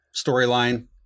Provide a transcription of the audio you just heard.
storyline